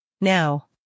Now